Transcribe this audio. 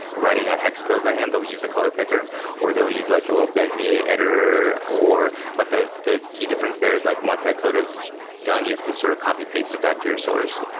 writing a hex code by hand. they'll use the color picker or they'll use like the little bezier editor. but the the key difference there is like once that code is done, you have to sort of copy-paste it back to your source.